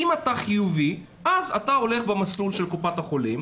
אם אתה חיובי אז אתה הולך במסלול של קופת חולים,